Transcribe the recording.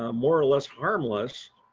um more or less harmless,